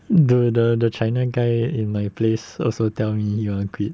the the the china guy in my place also tell me he want to quit